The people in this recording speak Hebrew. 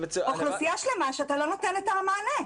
אוכלוסייה שלמה שאתה לא נותן לה מענה.